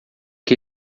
que